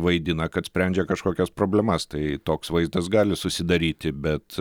vaidina kad sprendžia kažkokias problemas tai toks vaizdas gali susidaryti bet